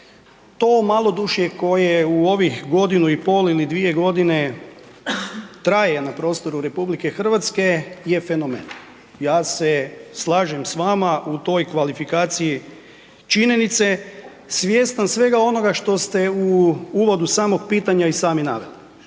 to malodušje koje u ovih godinu i pol ili dvije godine traje na prostoru RH je fenomen. Ja se slažem s vama u toj kvalifikaciji činjenice svjestan svega onoga što ste u uvodu samog pitanja i sami naveli,